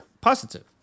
positive